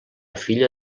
filla